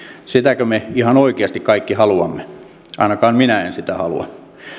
sitäkö me ihan oikeasti kaikki haluamme ainakaan minä en sitä halua